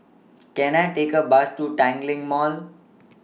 Can I Take A Bus to Tanglin Mall